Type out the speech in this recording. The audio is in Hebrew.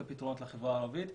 את הפתרונות לחברה הערבית,